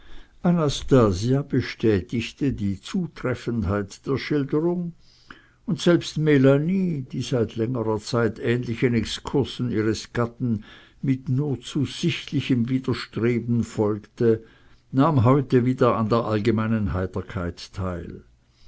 anastasia bestätigte die zutreffendheit der schilderung und selbst melanie die seit längerer zeit ähnlichen exkursen ihres gatten mit nur zu sichtlichem widerstreben folgte nahm heute wieder an der allgemeinen heiterkeit teil